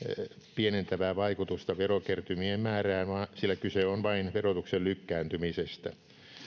pienentävää vaikutusta verokertymien määrään sillä kyse on vain verotuksen lykkääntymisestä